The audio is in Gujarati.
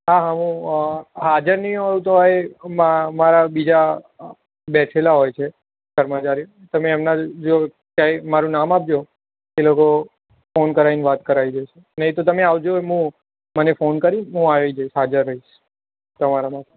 હા હું હાજર નહીં હોઉં તો અહીં મા મારા બીજા બેસેલા હોય છે કર્મચારી તમે એમના જોડે જઈ મારું નામ આપજો એટલે એ લોકો ફોન કરાવીને વાત કરાવી દેશે નહીં તો તમે આવજો હું મને ફોન કરી હું આવી જઈશ હાજર રહીશ તમારી માટે